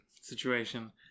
situation